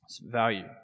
Value